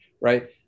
right